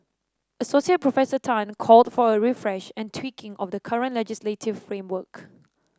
association Professor Tan called for a refresh and tweaking of the current legislative framework